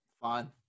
Fine